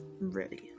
ready